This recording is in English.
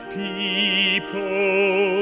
people